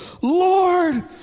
Lord